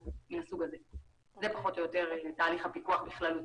זה תהליך הפיקוח בכללותו.